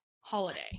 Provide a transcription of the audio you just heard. holiday